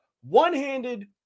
one-handed